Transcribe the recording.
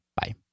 Bye